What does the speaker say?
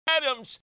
adams